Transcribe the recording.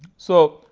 so,